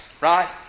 right